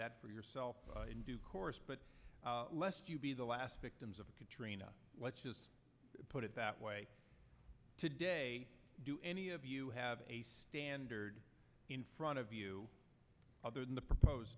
that for yourself in due course but lest you be the last victims of katrina let's just put it that way today do any of you have a standard in front of you other than the proposed